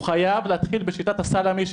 הוא חייב להתחיל בשיטת הסלמי,